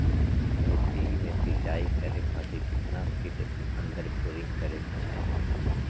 खेत में सिंचाई करे खातिर कितना फिट अंदर बोरिंग करे के चाही?